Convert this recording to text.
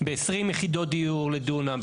בעשרים יחידות דיור לדונם,